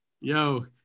Yo